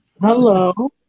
Hello